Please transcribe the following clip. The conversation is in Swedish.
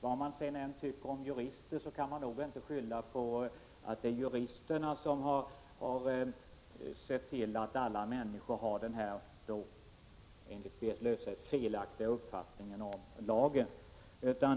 vad man tycker om jurister, kan man nog inte skylla på att det är de som sett till att alla människor har denna enligt Berit Löfstedt felaktiga uppfattning om lagen.